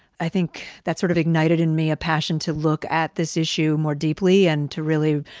i think that sort of ignited in me a passion to look at this issue more deeply and to really